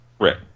Right